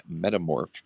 metamorph